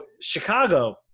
Chicago